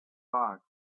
fox